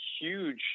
huge